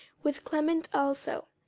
with clement also,